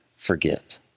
Forget